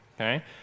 okay